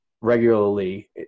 regularly